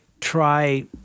try